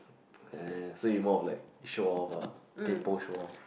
uh so you more of like show off ah kaypo show off